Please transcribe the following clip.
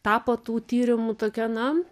tapo tų tyrimų tokia na